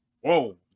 whoa